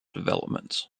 developments